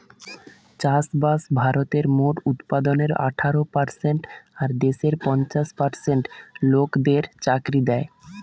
চাষবাস ভারতের মোট উৎপাদনের আঠারো পারসেন্ট আর দেশের পঞ্চাশ পার্সেন্ট লোকদের চাকরি দ্যায়